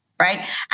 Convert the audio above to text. right